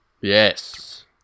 Yes